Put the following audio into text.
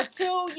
two